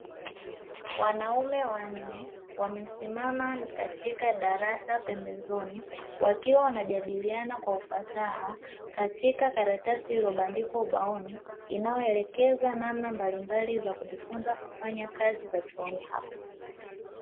Wanaume wanne wamesimama katika darasa pembezoni wakiwa wanajadiliana kwa ufasaha katika karatasi iliyobandikwa ubaoni inayoelekeza namna mbalimbali za kujifunza kufanya kazi za chuoni hapo.